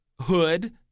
hood